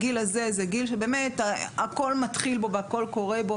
הגיל הזה הוא הגיל שהכול מתחיל בו והכול קורה בו.